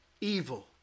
Evil